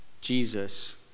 Jesus